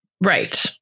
Right